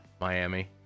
Miami